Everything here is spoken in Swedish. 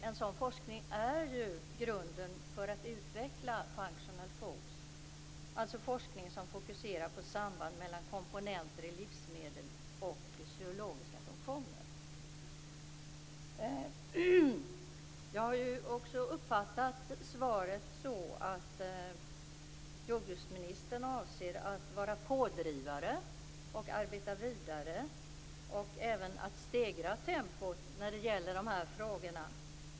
En sådan forskning är ju grunden för att man skall kunna utveckla functional foods, alltså forskning som fokuserar på samband mellan komponenter i livsmedel och fysiologiska funktioner. Jag har också uppfattat svaret så att jordbruksministern avser att vara pådrivande i det fortsatta arbetet och även för att stegra tempot när det gäller dessa frågor.